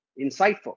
insightful